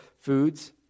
foods